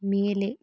ಮೇಲೆ